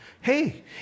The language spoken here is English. hey